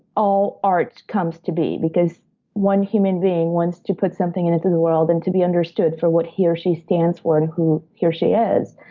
all art comes to be because one human being wants to put something and into the world, and to be understood for what he or she stands for, and who he or she is.